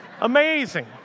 Amazing